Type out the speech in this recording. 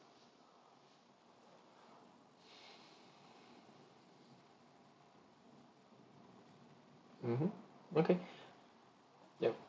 mmhmm okay ya